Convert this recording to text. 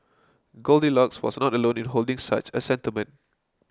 Goldilocks was not alone in holding such a sentiment